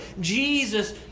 Jesus